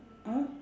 ah